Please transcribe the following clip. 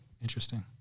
Interesting